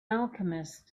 alchemist